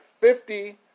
fifty